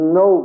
no